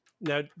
Now